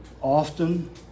often